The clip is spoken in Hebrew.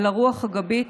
על הרוח הגבית,